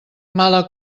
mala